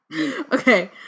Okay